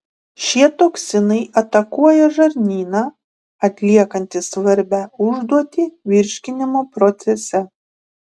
šie toksinai atakuoja žarnyną atliekantį svarbią užduotį virškinimo procese